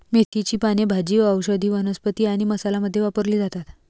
मेथीची पाने भाजी, औषधी वनस्पती आणि मसाला मध्ये वापरली जातात